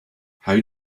how